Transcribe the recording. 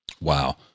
Wow